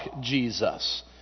Jesus